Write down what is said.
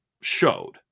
showed